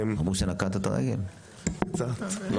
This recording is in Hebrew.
אנחנו